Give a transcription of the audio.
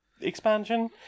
expansion